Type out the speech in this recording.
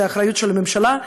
האחריות של הממשלה,